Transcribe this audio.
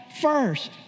first